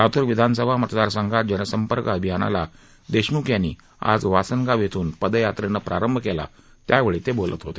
लातूर विधानसभा मतदार संघात जनसंपर्क अभियानाला देशम्ख यांनी आज वासनगाव इथून पदयात्रेनं प्रारंभ केला त्यावेळी ते बोलत होते